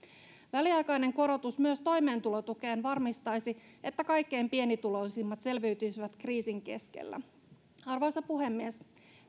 väliaikainen korotus myös toimeentulotukeen varmistaisi että kaikkein pienituloisimmat selviytyisivät kriisin keskellä arvoisa puhemies